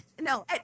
no